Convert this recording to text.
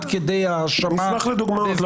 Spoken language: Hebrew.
אשמח לדוגמאות.